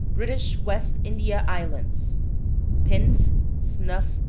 british west india islands pins, snuff,